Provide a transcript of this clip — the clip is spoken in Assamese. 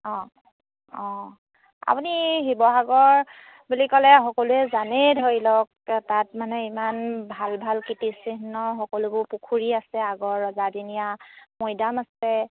অঁ অঁ আপুনি শিৱসাগৰ বুলি ক'লে সকলোৱে জানেই ধৰি লওক তাত মানে ইমান ভাল ভাল কীৰ্তিচিহ্ন সকলোবোৰ পুখুৰী আছে আগৰ ৰজাদিনীয়া মৈদাম আছে